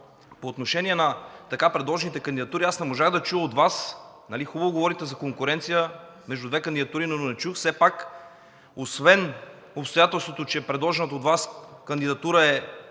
по отношение на така предложените кандидатури не можах да чуя от Вас – хубаво говорите за конкуренция между две кандидатури, но не чух все пак освен обстоятелството, че предложената от Вас кандидатура е